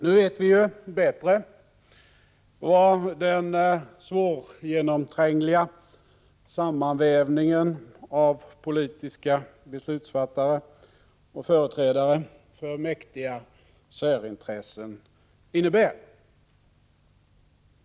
Nu vet vi bättre vad den svårgenomträngliga sammanvävningen av politiska beslutsfattare och företrädare för mäktiga särintressen innebär.